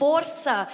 Força